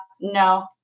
no